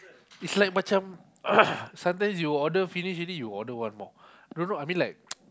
it's like macam sometimes you order finish already you order one more I don't know like